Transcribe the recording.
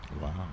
wow